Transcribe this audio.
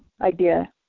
idea